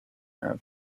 have